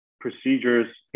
procedures